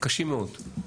קשים מאוד,